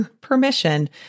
permission